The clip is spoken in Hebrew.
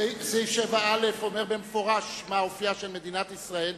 סעיף 7א אומר במפורש מה אופיה של מדינת ישראל